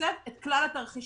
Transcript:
לתקצב את כלל התרחישים.